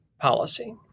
policy